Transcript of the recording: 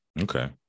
Okay